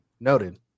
Noted